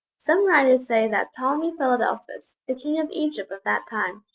some writers say that ptolemy philadelphus, the king of egypt of that time,